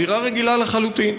אווירה רגילה לחלוטין.